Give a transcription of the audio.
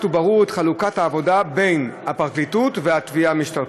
וברור את חלוקת העבודה בין הפרקליטות לתביעה המשטרתית.